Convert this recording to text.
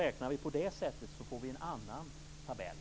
Räknar man på det sättet får man en annan tabell.